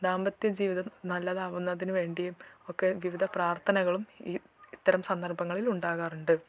ദാമ്പത്യ ജീവിതം നല്ലതാവുന്നതിന് വേണ്ടിയും ഒക്കെ വിവിധ പ്രാർഥനകളും ഇത്തരം സന്ദർഭങ്ങളിൽ ഉണ്ടാകാറുണ്ട്